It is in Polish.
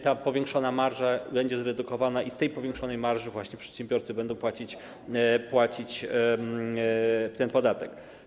Ta powiększona marża będzie zredukowana, z tej powiększonej marży właśnie przedsiębiorcy będą płacić ten podatek.